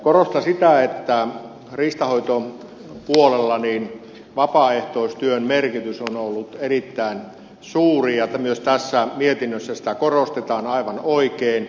korostan sitä että riistanhoitopuolella vapaaehtoistyön merkitys on ollut erittäin suuri ja myös tässä mietinnössä sitä korostetaan aivan oikein